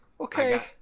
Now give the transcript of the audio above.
Okay